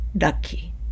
lucky